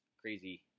crazy